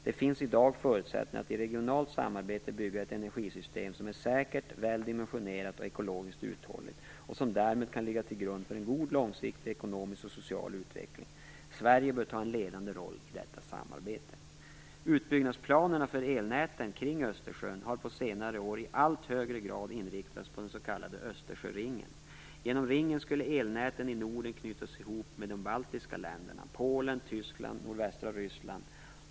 Det finns i dag förutsättningar att i regionalt samarbete bygga ett energisystem som är säkert, väl dimensionerat och ekologiskt uthålligt och som därmed kan ligga till grund för en god långsiktig ekonomisk och social utveckling. Sverige bör ta en ledande roll i detta samarbete. Utbyggnadsplanerna för elnäten kring Östersjön har på senare år i allt högre grad inriktats på den s.k. Östersjöringen . Genom ringen skulle elnäten i Norden knytas ihop med de baltiska länderna, Polen, Tyskland och nordvästra Ryssland.